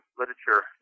literature